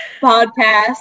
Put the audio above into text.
podcast